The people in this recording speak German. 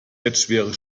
bettschwere